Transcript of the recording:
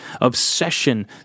obsession